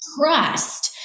trust